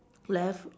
left